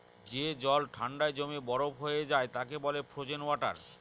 যে জল ঠান্ডায় জমে বরফ হয়ে যায় তাকে বলে ফ্রোজেন ওয়াটার